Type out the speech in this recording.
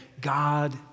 God